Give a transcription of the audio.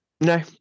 No